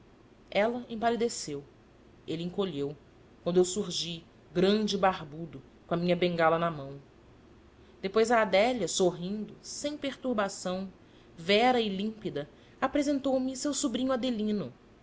espanhola ela empalideceu ele encolheu quando eu surgi grande e barbudo com a minha bengala na mão depois a adélia sorrindo sem perturbação vera e límpida apresentou-me seu sobrinho adelino